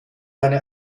eine